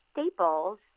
Staples